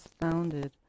founded